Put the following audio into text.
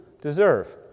deserve